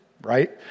right